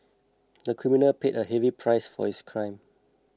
the criminal paid a heavy price for his crime